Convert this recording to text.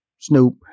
Snoop